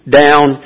down